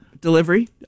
delivery